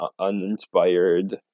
uninspired